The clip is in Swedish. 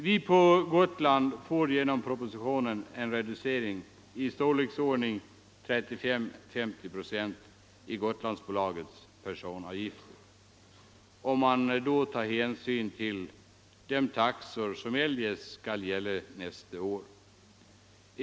Vi på Gotland får genom propositionen en reducering av Gotlandsbolagets personavgifter i storleksordningen 35-50 procent, om man tar hänsyn till de taxor som eljest skulle gällt nästa år.